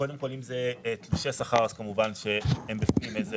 קודם כול, אם זה תלושי שכר, אז כמובן שהם בפנים.